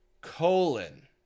colon